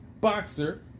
boxer